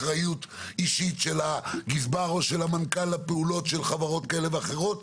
אחריות אישית של הגזבר או של המנכ"ל לפעולות של חברות כאלה ואחרות.